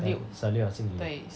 yup salute ah 敬礼